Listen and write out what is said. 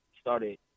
started